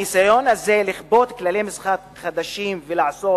הניסיון הזה לכפות כללי משחק חדשים ולעשות